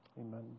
Amen